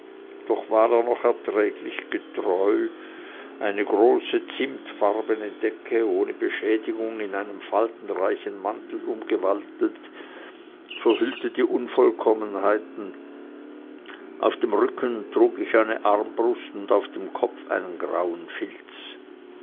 doch war er noch erträglich getreu eine große zimmetfarbene decke ohne beschädigung in einen faltenreichen mantel umgewandelt verhüllte die unvollkommenheiten auf dem rücken trug ich eine armbrust und auf dem kopfe einen grauen filz